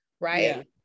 right